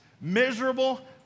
miserable